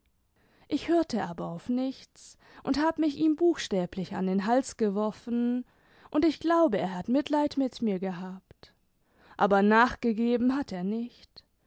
ich hörte aber auf nichts und hab mich ihm buchstäblich an den hals geworfen und ich glaube er hat mitleid mit mir gehabt aber nachgegeben hat er nicht